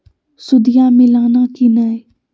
सुदिया मिलाना की नय?